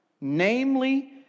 namely